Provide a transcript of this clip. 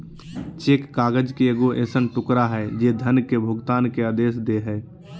cheque काग़ज़ के एगो ऐसन टुकड़ा हइ जे धन के भुगतान के आदेश दे हइ